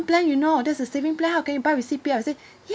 plan you know that's a saving plan how can you buy with C_P_F I said ya